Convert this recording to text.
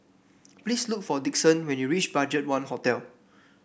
please look for Dixon when you reach BudgetOne Hotel